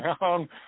down